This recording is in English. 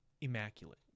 immaculate